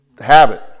habit